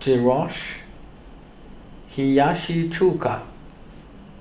Gyros Hiyashi Chuka